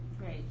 Great